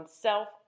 self